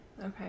okay